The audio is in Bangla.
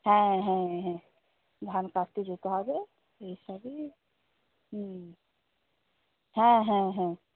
হ্যাঁ হ্যাঁ হ্যাঁ ধান কাটতে যেতে হবে এই হুম হ্যাঁ হ্যাঁ হ্যাঁ